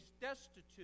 destitute